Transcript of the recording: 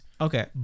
Okay